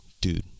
dude